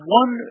one